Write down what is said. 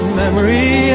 memory